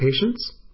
patients